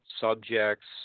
subjects